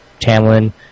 Tamlin